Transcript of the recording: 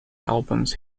albums